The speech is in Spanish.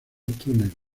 túnel